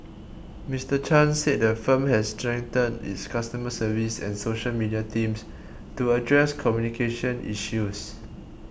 Mister Chan said the firm has strengthened its customer service and social media teams to address communication issues